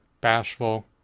bashful